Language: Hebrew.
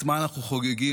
את מה אנחנו חוגגים?